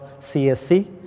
CSC